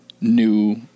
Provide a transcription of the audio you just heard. new